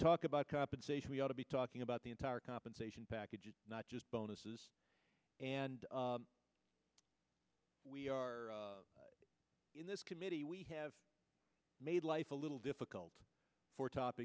talk about compensation we ought to be talking about the entire compensation package not just bonuses and we are in this committee we have made life a little difficult for top